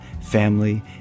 family